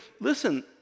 listen